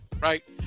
right